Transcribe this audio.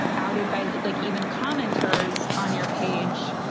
outed by, like even commenters on your page,